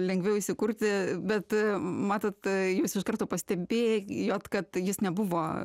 lengviau įsikurti bet matot e jūs iš karto pastebėjot kad jis nebuvo